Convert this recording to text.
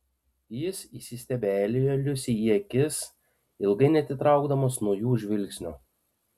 jis įsistebeilijo liusei į akis ilgai neatitraukdamas nuo jų žvilgsnio